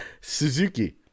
Suzuki